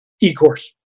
e-course